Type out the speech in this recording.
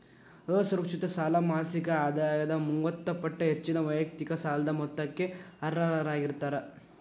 ಅಸುರಕ್ಷಿತ ಸಾಲ ಮಾಸಿಕ ಆದಾಯದ ಮೂವತ್ತ ಪಟ್ಟ ಹೆಚ್ಚಿನ ವೈಯಕ್ತಿಕ ಸಾಲದ ಮೊತ್ತಕ್ಕ ಅರ್ಹರಾಗಿರ್ತಾರ